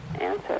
answer